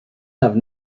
have